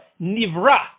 nivra